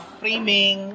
framing